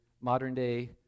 modern-day